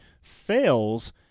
fails